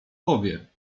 powie